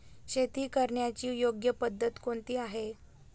शेती करण्याची योग्य पद्धत कोणती आहे?